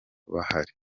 bahari